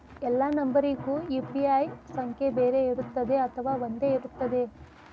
ಎಲ್ಲಾ ನಂಬರಿಗೂ ಯು.ಪಿ.ಐ ಸಂಖ್ಯೆ ಬೇರೆ ಇರುತ್ತದೆ ಅಥವಾ ಒಂದೇ ಇರುತ್ತದೆ?